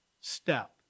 step